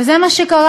וזה מה שקרה.